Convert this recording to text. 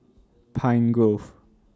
Pine Grove